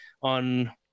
on